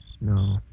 No